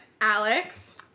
Alex